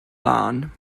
lân